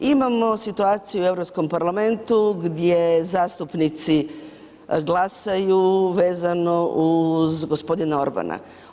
Imamo situaciju u Europskom parlamentu gdje zastupnici glasaju vezano uz gospodina Orbana.